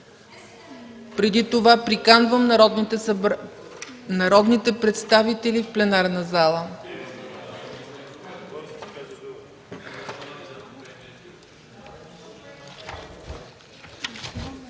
Преди това приканвам народните представители в пленарната зала.